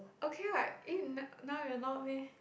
okay what eh now you are not meh